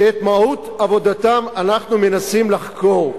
שאת מהות עבודתם אנחנו מנסים לחקור.